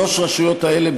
שלוש הרשויות האלה,